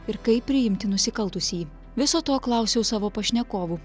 ir kaip priimti nusikaltusįjį viso to klausiau savo pašnekovų